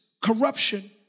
corruption